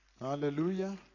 Hallelujah